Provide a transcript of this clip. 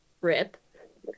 rip